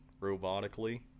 robotically